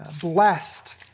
blessed